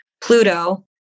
Pluto